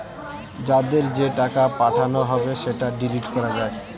যাদের যে টাকা পাঠানো হবে সেটা ডিলিট করা যায়